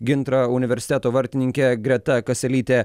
gintro universiteto vartininkė greta kaselytė